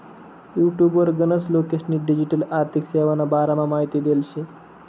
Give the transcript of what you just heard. युटुबवर गनच लोकेस्नी डिजीटल आर्थिक सेवाना बारामा माहिती देल शे